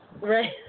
Right